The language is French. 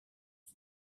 est